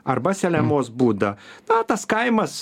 arba selemos būda ką tas kaimas